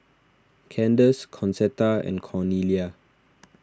Kandace Concetta and Cornelia